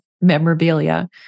memorabilia